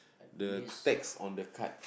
the text on the card